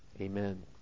amen